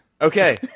Okay